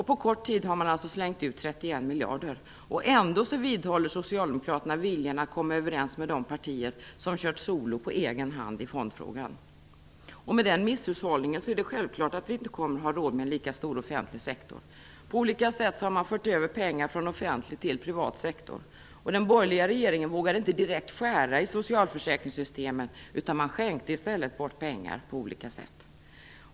På kort tid har man alltså slängt ut 31 miljarder kronor. Ändå vidhåller socialdemokraterna viljan att komma överens med de partier som på egen hand kört solo i fondfrågan. Med denna misshushållning är det självklart att vi inte har råd med en lika stor offentlig sektor. På olika sätt har pengar förts över från offentlig till privat sektor. Den borgerliga regeringen vågade inte skära i socialförsäkringarna direkt utan man skänkte i stället bort pengar på olika sätt.